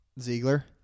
Ziegler